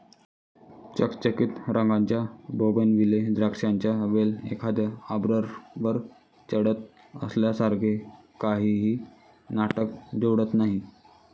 चकचकीत रंगाच्या बोगनविले द्राक्षांचा वेल एखाद्या आर्बरवर चढत असल्यासारखे काहीही नाटक जोडत नाही